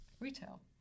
retail